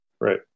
Right